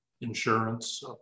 insurance